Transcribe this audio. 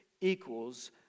equals